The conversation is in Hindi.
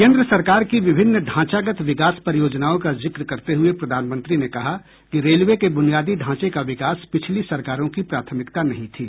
केन्द्र सरकार की विभिन्न ढांचागत विकास परियोजनाओं का जिक्र करते हुए प्रधानमंत्री ने कहा कि रेलवे के बुनियादी ढांचे का विकास पिछली सरकारों की प्राथमिकता नहीं थी